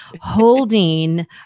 holding